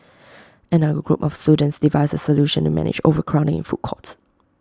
another group of students devised A solution to manage overcrowding in food courts